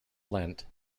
lent